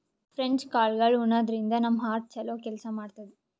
French ಕಾಳ್ಗಳ್ ಉಣಾದ್ರಿನ್ದ ನಮ್ ಹಾರ್ಟ್ ಛಲೋ ಕೆಲ್ಸ್ ಮಾಡ್ತದ್